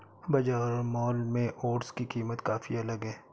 बाजार और मॉल में ओट्स की कीमत काफी अलग है